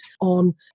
on